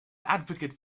advocate